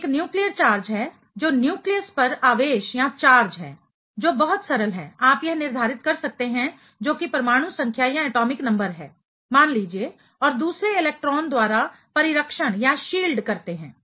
एक nuclear charge है जो न्यूक्लियस पर आवेश चार्ज है जो बहुत सरल है आप यह निर्धारित कर सकते हैं जोकि परमाणु संख्या एटॉमिक नंबर है मान लीजिए और दूसरे इलेक्ट्रॉन द्वारा परिरक्षण शील्ड करते है